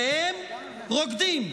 והם רוקדים,